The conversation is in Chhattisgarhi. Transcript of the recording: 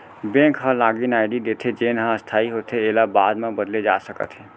बेंक ह लागिन आईडी देथे जेन ह अस्थाई होथे एला बाद म बदले जा सकत हे